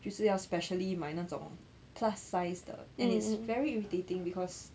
就是要 specially 买那种 plus size 的 and it's very irritating because